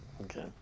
Okay